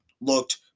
looked